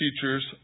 teachers